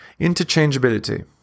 Interchangeability